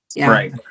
Right